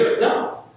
No